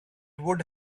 would